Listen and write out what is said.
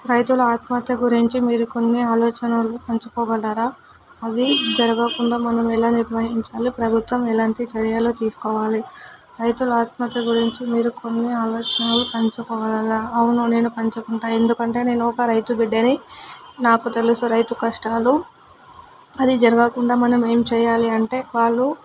రైతుల ఆత్మహత్య గురించి మీరు కొన్ని ఆలోచనలు పంచుకోగలరా అవి జరగకుండా మనం ఎలా నిర్వహించాలి ప్రభుత్వం ఎలాంటి చర్యలు తీసుకోవాలి రైతుల ఆత్మహత్యల గురించి మీరు కొన్ని ఆలోచనలు పంచుకోవాలా అవును నేను పంచుకుంటాను ఎందుకంటే నేను ఒక రైతు బిడ్డని నాకు తెలుసు రైతు కష్టాలు అది జరగకుండా మనం ఏం చెయ్యాలి అంటే వాళ్ళు